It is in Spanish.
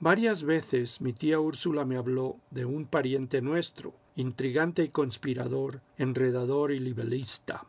varias veces mi tía úrsula me habló de un pariente nuestro intrigante y conspirador enredador y libelista